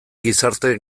gizarte